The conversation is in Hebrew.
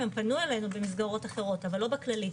הם פנו אלינו במסגרות אחרות, אבל לא בכללית.